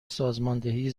سازماندهی